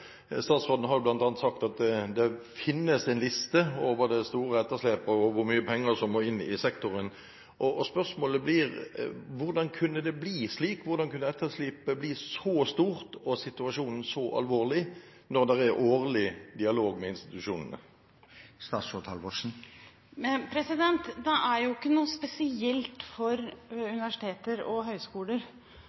Statsråden har bl.a. sagt at det finnes en liste over det store etterslepet, og hvor mye penger som må inn i sektoren. Spørsmålet blir: Hvordan kunne det bli slik – hvordan kunne etterslepet bli så stort og situasjonen bli så alvorlig når det er årlig dialog med institusjonene? Det er ikke noe spesielt for universiteter og